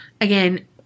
again